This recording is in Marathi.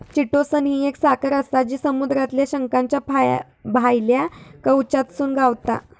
चिटोसन ही एक साखर आसा जी समुद्रातल्या शंखाच्या भायल्या कवचातसून गावता